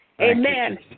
Amen